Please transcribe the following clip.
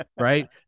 right